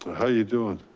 how are you doing?